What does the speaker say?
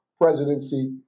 presidency